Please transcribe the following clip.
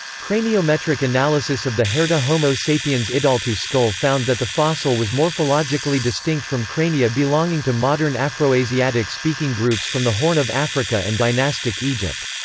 craniometric analysis of the herto homo sapiens idaltu skull found that the fossil was morphologically distinct from crania belonging to modern afroasiatic-speaking groups from the horn of africa and dynastic egypt.